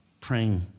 praying